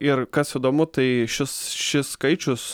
ir kas įdomu tai šis šis skaičius